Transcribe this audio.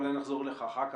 ואולי נחזור אליך אחר כך.